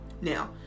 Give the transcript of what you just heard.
Now